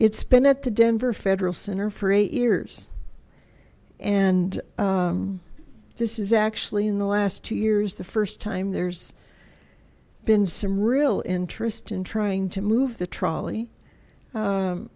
it's been at the denver federal center for eight years and this is actually in the last two years the first time there's been some real interest in trying to move the trolley